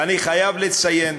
ואני חייב לציין,